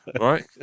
right